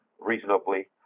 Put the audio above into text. reasonably